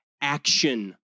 action